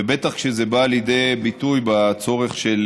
ובטח כשזה בא לידי ביטוי בצורך של